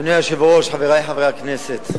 אדוני היושב-ראש, חברי חברי הכנסת,